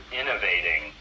innovating